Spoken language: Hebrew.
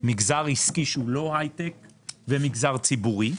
מגזר עסקי שהוא לא הייטק ומגזר ציבורי,